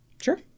Sure